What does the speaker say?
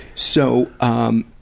so, ah,